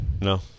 No